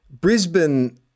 Brisbane